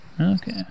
Okay